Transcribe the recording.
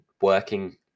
working